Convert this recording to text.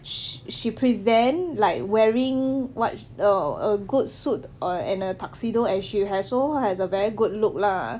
she present like wearing what err a good suit or in a tuxedo as she has so has a very good look lah